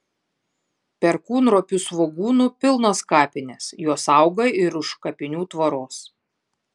perkūnropių svogūnų pilnos kapinės jos auga ir už kapinių tvoros